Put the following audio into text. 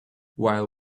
while